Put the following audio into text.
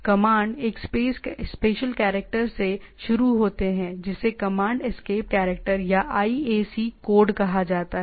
command एक special character से शुरू होते हैं जिसे कमांड एस्केप कैरेक्टर या IAC कोड कहा जाता है